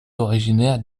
originaire